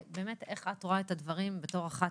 באמת, איך את רואה את הדברים בתור אחת